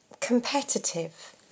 competitive